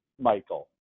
Michael